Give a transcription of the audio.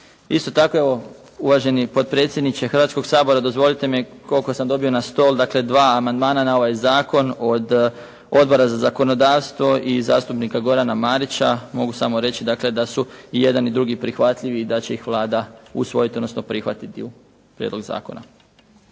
Isto tako evo, uvaženi potpredsjedniče Hrvatskoga sabora, dozvolite mi koliko sam dobio na stol, dakle, dva amandmana na ovaj zakon od Odbora za zakonodavstvo i zastupnika Gorana Marića mogu samo reći da su i jedan i drugi prihvatljivi i da će ih Vlada usvojiti odnosno prihvatiti prijedlog zakona.